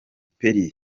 perry